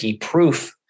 proof